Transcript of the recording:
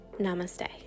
namaste